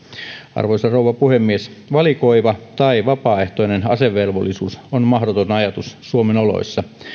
arvoisa rouva puhemies valikoiva tai vapaaehtoinen asevelvollisuus on mahdoton ajatus suomen oloissa